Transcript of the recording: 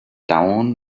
down